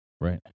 Right